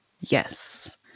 Yes